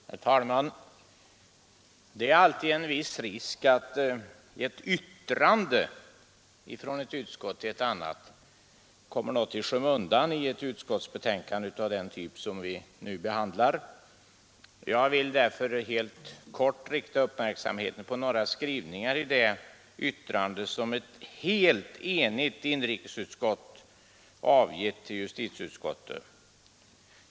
Herr talman! Det är alltid en viss risk att ett yttrande från ett utskott till ett annat kommer något i skymundan i ett utskottsbetänkande av den typ vi nu behandlar. Jag vill därför helt kort rikta uppmärksamheten på några skrivningar i det yttrande som ett helt enigt inrikesutskott har avgivit till justitieutskottet.